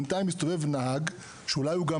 בינתיים מסתובב נהג שאולי הוא גם